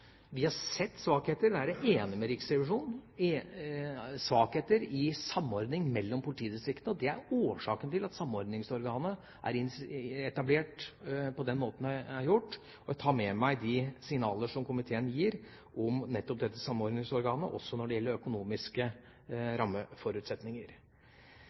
Vi har sett svakheter – der er jeg enig med Riksrevisjonen – i samordning mellom politidistriktene, og det er årsaken til at samordningsorganet er etablert på den måten det er gjort. Jeg tar med meg de signaler som komiteen gir om nettopp dette samordningsorganet, også når det gjelder økonomiske